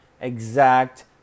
exact